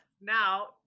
Now